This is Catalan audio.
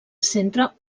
centre